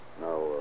Now